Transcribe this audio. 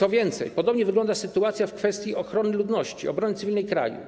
Co więcej, podobnie wygląda sytuacja w kwestii ochrony ludności, obrony cywilnej kraju.